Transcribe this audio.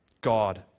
God